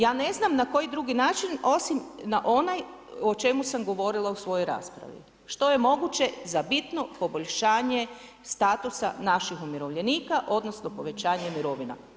Ja ne znam na koji drugi način osim na onaj o čemu sam govorila u svojoj raspravi, što je moguće za bitno poboljšanje statusa naših umirovljenika, odnosno povećanje mirovina.